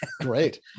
Great